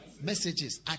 messages